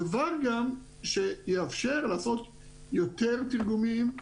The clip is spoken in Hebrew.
דבר שיאפשר גם לעשות יותר תרגומים,